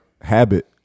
habit